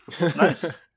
Nice